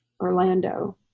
Orlando